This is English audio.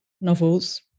novels